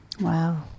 wow